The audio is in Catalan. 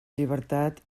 llibertat